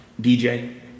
DJ